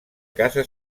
casa